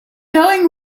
going